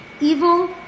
Evil